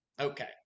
Okay